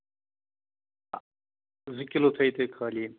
زٕ کِلوٗ تھٲیِو تُہۍ خٲلی یہِ